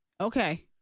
Okay